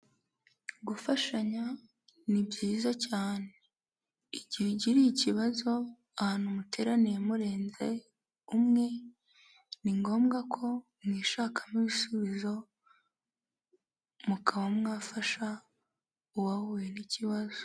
Gufashanya ni byiza cyane, igihe ugiriye ikibazo ahantu muteraniye murenze umwe, ni ngombwa ko mwishakamo ibisubizo, mukaba mwafasha uwahuye n' ikibazo.